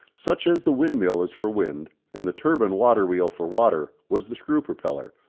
such as the windmill is for wind and the turbine water-wheel for water was the screw propeller,